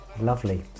lovely